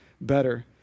better